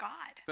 God